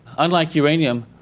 unlike uranium,